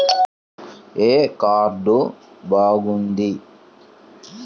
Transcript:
ఏ card బాగుంది?